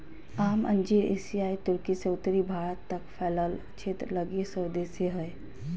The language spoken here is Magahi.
आम अंजीर एशियाई तुर्की से उत्तरी भारत तक फैलल क्षेत्र लगी स्वदेशी हइ